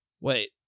wait